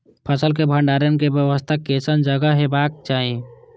फसल के भंडारण के व्यवस्था केसन जगह हेबाक चाही?